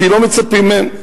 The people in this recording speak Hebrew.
כי לא מצפים מהם,